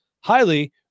highly